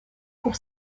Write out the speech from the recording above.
pour